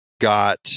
got